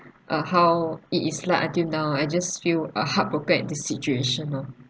uh how it is like until now I just feel ah heartbroken at this situation ah